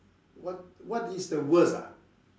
what what is the worst ah